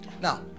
Now